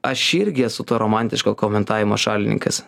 aš irgi esu to romantiško komentavimo šalininkas